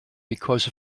because